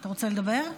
אתה רוצה לדבר,